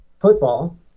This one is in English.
football